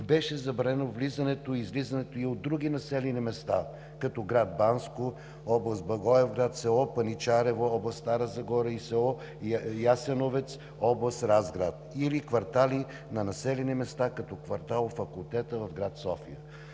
беше забранено влизането и излизането и от други населени места, като град Банско, област Благоевград, село Паничерево, област Стара Загора, и село Ясеновец, област Разград, или квартали на населени места, като квартал „Факултета“ в град София.